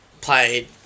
played